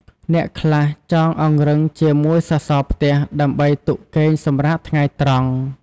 អ្នកខ្លះចងអង្រឹងជាមួយសសរផ្ទះ ដើម្បីទុកគេងសម្រាកថ្ងៃត្រង់។